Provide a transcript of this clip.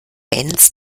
benz